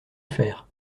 faire